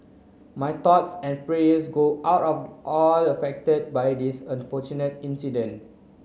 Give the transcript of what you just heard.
my thoughts and prayers go out of all affected by this unfortunate incident